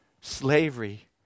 slavery